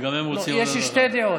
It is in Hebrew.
יש שתי דעות.